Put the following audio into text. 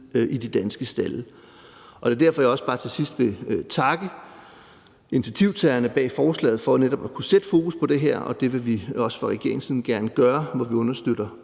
i de danske stalde ned. Det er derfor, jeg også bare til sidst vil takke initiativtagerne bag forslaget for netop at sætte fokus på det her. Det vil vi også fra regeringens side gerne gøre, hvor vi både understøtter